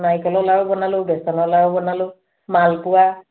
নাৰিকলৰ লাড়ু বনালোঁ বেচনৰ লাড়ু বনালোঁ মালপোৱা